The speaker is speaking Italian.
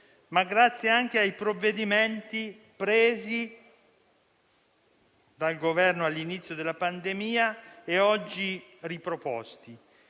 ma grazie anche ai provvedimenti presi dal Governo all'inizio della pandemia e oggi riproposti.